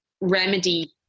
remedy